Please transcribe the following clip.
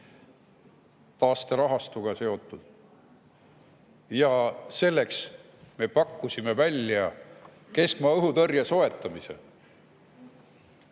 taasterahastuga seotult. Ja selleks me pakkusime välja keskmaa õhutõrje soetamise.